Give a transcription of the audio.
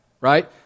right